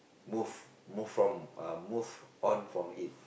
move move from uh move on from it